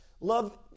love